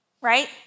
right